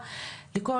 כל,